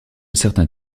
certains